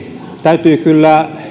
täytyy kyllä